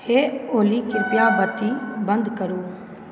हे ओली कृपया बत्ती बन्द करू